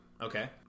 Okay